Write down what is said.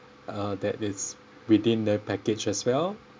uh that is within the package as well